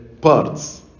parts